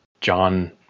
John